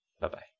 Bye-bye